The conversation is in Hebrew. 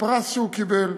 ובפרס שהוא קיבל.